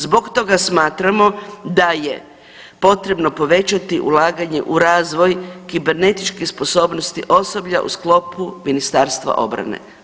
Zbog toga smatramo da je potrebno povećati ulaganje u razvoj kibernetičke sposobnosti osoblja u sklopu Ministarstva obrane.